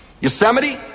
Yosemite